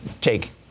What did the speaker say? take